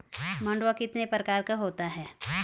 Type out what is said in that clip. मंडुआ कितने प्रकार का होता है?